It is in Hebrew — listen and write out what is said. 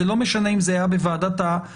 זה לא משנה אם זה היה בוועדת העבודה